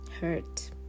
hurt